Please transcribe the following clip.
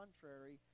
contrary